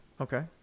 Okay